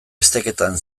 esteketan